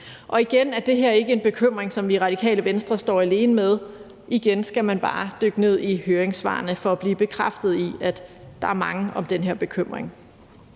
år. Igen er det her ikke en bekymring, som vi i Radikale Venstre står alene med; igen skal man bare dykke ned i høringssvarene for at blive bekræftet i, at der er mange om den her bekymring.